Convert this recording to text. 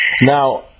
Now